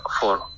four